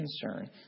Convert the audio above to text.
concern